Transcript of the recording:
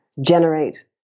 generate